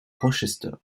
rochester